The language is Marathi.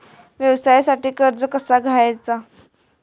व्यवसायासाठी कर्ज कसा घ्यायचा?